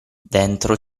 dentro